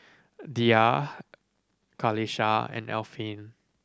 dhia Qalisha and Alfian